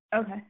Okay